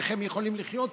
איך הם יכולים לחיות פה?